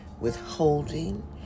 withholding